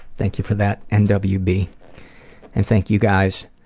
thank you for that, and ah but nwb. and thank you guys